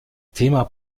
thema